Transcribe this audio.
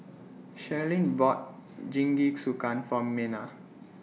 Sherilyn bought Jingisukan For Mena